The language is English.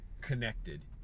connected